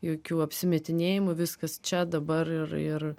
jokių apsimetinėjimų viskas čia dabar ir ir